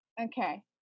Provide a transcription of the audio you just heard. Okay